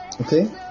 Okay